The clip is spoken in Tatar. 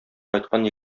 кайткан